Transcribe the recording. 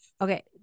Okay